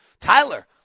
Tyler